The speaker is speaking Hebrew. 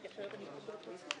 מימוש הסכם שכר עם רשות המסים,